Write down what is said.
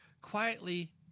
quietly